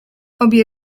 obie